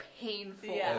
painful